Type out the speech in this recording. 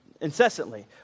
incessantly